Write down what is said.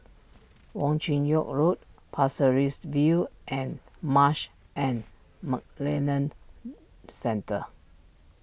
Wong Chin Yoke Road Pasir Ris View and Marsh and McLennan Centre